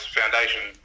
foundation